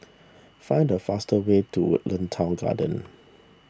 find the fastest way to Woodlands Town Garden